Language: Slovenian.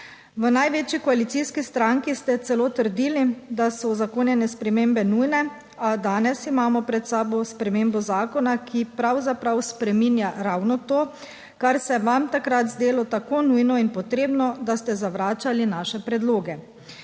V največji koalicijski stranki ste celo trdili, da so uzakonjene spremembe nujne, a danes imamo pred sabo spremembo zakona, ki pravzaprav spreminja ravno to, kar se je vam takrat zdelo tako nujno in potrebno, da ste zavračali naše predloge.